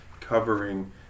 covering